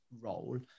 role